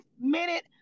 minute